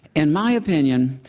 and my opinion,